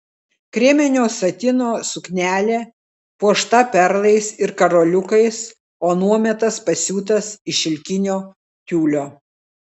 kreminio satino suknelė puošta perlais ir karoliukais o nuometas pasiūtas iš šilkinio tiulio